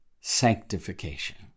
sanctification